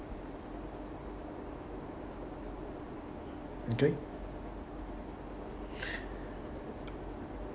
okay